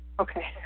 Okay